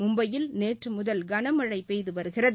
மும்பையில் நேற்றுமுதல் கனமழை பெய்து வருகிறது